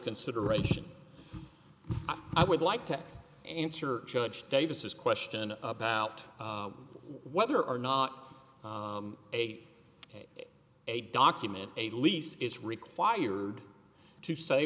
consideration i would like to answer judge davis's question about whether or not a a document a lease is required to say